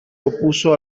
opuso